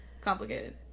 complicated